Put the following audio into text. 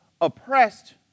oppressed